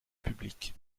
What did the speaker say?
public